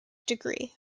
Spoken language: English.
degree